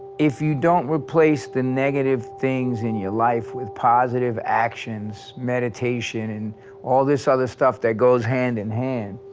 if you don't replace the negative things in your life with positive actions, meditation and all this this other stuff that goes hand in hand,